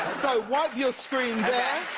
so wipe your screen there.